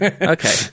Okay